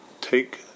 Take